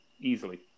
Easily